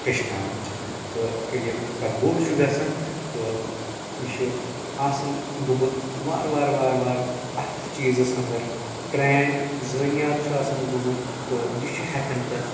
ہیٚچھناونٕچ تہٕ ییٚلہِ یہِ پتہٕ بوٚڑ چھُ گژھان تہٕ یہِ چھُ آسان گوٚومُت وارٕ وارٕ وارٕ وارٕ اتھ چیٖزس انٛدر ٹرینڈ زٲنیات چھُ آسان یہِ گوٚومُت تہٕ یہِ چھُ ہٮ۪کان پتہٕ